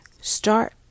start